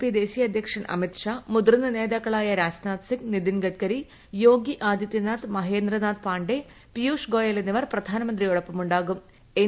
P ദേശീയു അധ്യക്ഷൻ Amit Shah senior നേതാക്കളായ രാജ്നാഥ് ്സിംഗ് നിതിൻ ഗഡ്കരി യോഗി ആദിത്യനാഥ് മഹേന്ദ്രനാഥ് പാണ്ഡെ പീയൂഷ് ഗോയൽ എന്നിവർ പ്രധാനമന്ത്രിയോടൊപ്പമുണ്ടാ്വൂം എൻ